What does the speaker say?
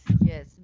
yes